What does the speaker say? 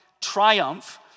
triumph